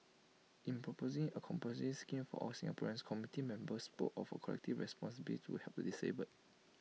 in proposing A compulsory scheme for all Singaporeans committee members spoke of A collective responsibility to help the disabled